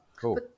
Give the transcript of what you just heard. Cool